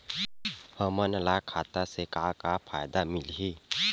हमन ला खाता से का का फ़ायदा मिलही?